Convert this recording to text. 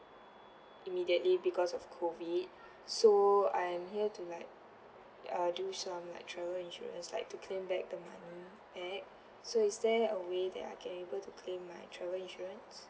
immediately because of COVID so I am here to like uh do some like travel insurance like to claim back the money back so is there a way that I can able to claim my travel insurance